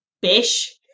bish